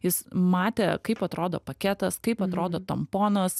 jis matė kaip atrodo paketas kaip atrodo tamponas